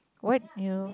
what you